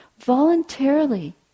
voluntarily